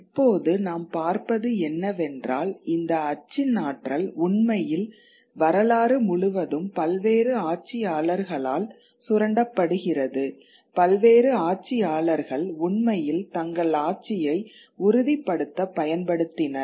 இப்போது நாம் பார்ப்பது என்னவென்றால் இந்த அச்சின் ஆற்றல் உண்மையில் வரலாறு முழுவதும் பல்வேறு ஆட்சியாளர்களால் சுரண்டப்படுகிறது பல்வேறு ஆட்சியாளர்கள் உண்மையில் தங்கள் ஆட்சியை உறுதிப்படுத்தப் பயன்படுத்தினர்